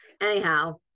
Anyhow